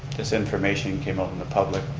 this information came out in the public.